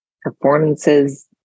performances